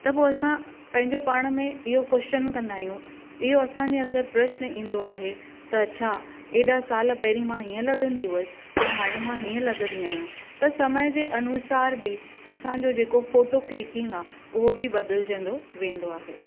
त पोइ असां पंहिंजो पाण में इहो कवेश्चन कंदा आहियूं इहो असांजे अंदरि प्रश्न ईंदो आहे त छा एॾा साल पहिरीं मां हीअं लॻंदी हुयसि ऐं हाणे मां हीअं लॻंदी आहियां त समय जे अनुसारु बि असांजो जेको फोटो क्लिकिंग आहे उहो बि बदिलिजंदो वेंदो आहे